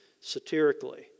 satirically